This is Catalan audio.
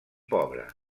pobre